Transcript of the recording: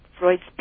Freud's